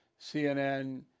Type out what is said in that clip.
CNN